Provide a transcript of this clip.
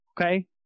Okay